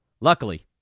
luckily